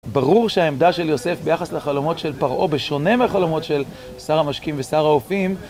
ברור שהעמדה של יוסף ביחס לחלומות של פרעה בשונה מהחלומות של שר המשקים ושר האופים